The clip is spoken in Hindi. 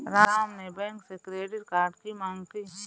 राम ने बैंक से क्रेडिट कार्ड की माँग की